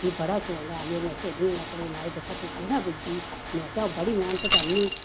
मिगी बड़ा शौक हा मेरियां स्हेलियां बी आक्खन लगियां माए तूं दिक्खां कुत्थें पुज्जी में आखेआ अऊं बड़ी मेह्नत करनी